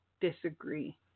disagree